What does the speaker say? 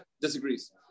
disagrees